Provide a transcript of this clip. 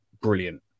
brilliant